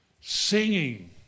Singing